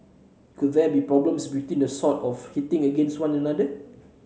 could there be some problems between them sort of hitting against one another